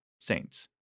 Saints